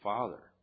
Father